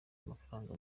amafaranga